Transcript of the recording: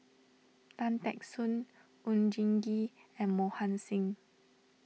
Tan Teck Soon Oon Jin Gee and Mohan Singh